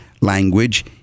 language